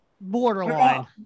Borderline